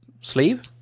Sleeve